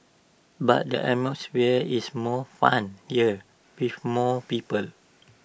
but the atmosphere is more fun here with more people